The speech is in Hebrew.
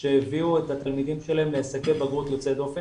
למורים שהביאו את התלמידים שלהם להישגי בגרות יוצאי דופן.